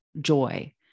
joy